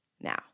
Now